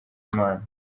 imana